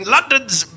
London's